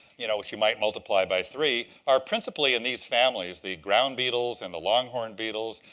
you know if you might multiply by three, are principally in these families, the ground beetles, and the longhorn beetles,